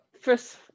first